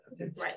right